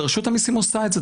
ורשות המיסים עושה את זה,